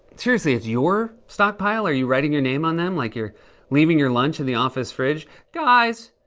seriously, it's your stockpile? are you writing your name on them like you're leaving your lunch in the office fridge? guys,